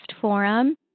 forum